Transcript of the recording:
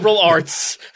arts